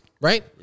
right